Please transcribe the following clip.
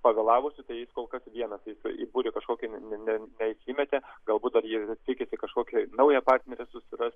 pavėlavusiu tai jis kol kas vienas jisai į būrį kažkokį ne ne neįsimetė galbūt dar jis tikisi kažkokį naują partnerį susirast